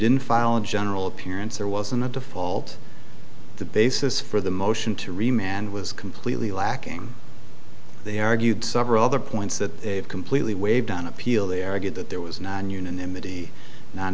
didn't file a general appearance there wasn't a default the basis for the motion to remain and was completely lacking they argued several other points that they've completely waived on appeal they argued that there was non unanimity on